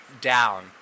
down